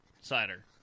cider